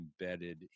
embedded